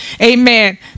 amen